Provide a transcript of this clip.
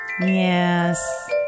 Yes